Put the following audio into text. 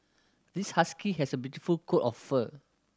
this husky has a beautiful coat of fur